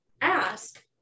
Ask